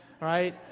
right